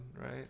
right